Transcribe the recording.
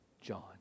John